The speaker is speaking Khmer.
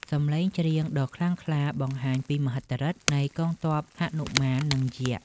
សំឡេងច្រៀងដ៏ខ្លាំងក្លា បង្ហាញពីមហិទ្ធិឫទ្ធិនៃកងទ័ពហនុមាន និងយក្ស។